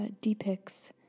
depicts